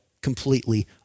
completely